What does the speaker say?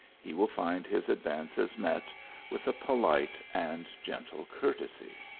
he will find his advances met with a polite and gentle courtesy.